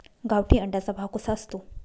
गावठी अंड्याचा भाव कसा असतो?